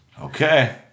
Okay